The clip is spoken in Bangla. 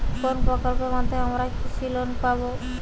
কোন প্রকল্পের মাধ্যমে আমরা কৃষি লোন পাবো?